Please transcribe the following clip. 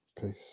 Peace